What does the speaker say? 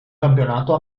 campionato